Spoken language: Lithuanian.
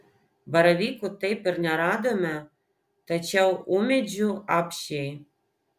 baravykų taip ir neradome tačiau ūmėdžių apsčiai